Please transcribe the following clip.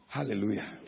Hallelujah